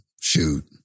shoot